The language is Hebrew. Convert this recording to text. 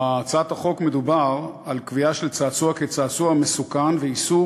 בהצעת החוק מדובר על קביעה של צעצוע כצעצוע מסוכן ואיסור